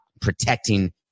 protecting